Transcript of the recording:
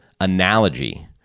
analogy